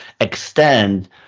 extend